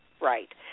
Right